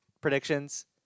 predictions